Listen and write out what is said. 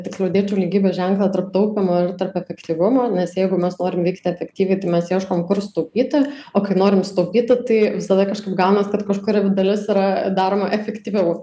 tiksliau dėčiau lygybės ženklą tarp taupymo ir tarp efektyvumo nes jeigu mes norim veikti efektyviai tai mes ieškom kur sutaupyti o kai norim sutaupyti tai visada kažkaip gaunas kad kažkuri dalis yra daroma efektyviau